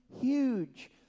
huge